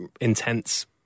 intense